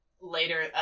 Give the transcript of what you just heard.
later